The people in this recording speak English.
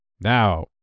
Now